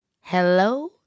Hello